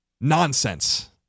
nonsense